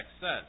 says